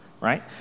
right